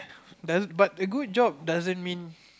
doesn't but a good job doesn't mean